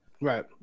right